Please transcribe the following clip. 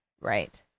Right